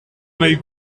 mej